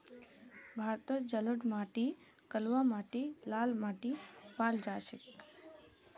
भारतत जलोढ़ माटी कलवा माटी लाल माटी पाल जा छेक